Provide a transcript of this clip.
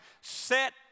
Set